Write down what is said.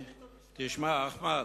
אחמד,